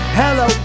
hello